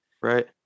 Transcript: Right